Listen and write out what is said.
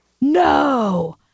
No